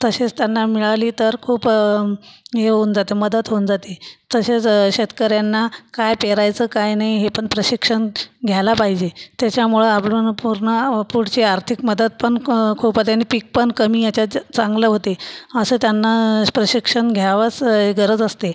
तशेच त्यांना मिळाली तर खूप हे होऊन जातं मदत होऊन जाते तशेच शेतकऱ्यांना काय पेरायचं काय नाई हे पन प्रशिक्षन घ्याला पायजे त्याच्यामुळं आब्रूनं पूर्न पुढची आर्थिक मदतपन खूप होते नि पीकपन कमी याच्यात चं चांगलं होते असं त्यांना प्रशिक्षन घ्यावंच गरज असते